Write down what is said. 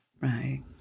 Right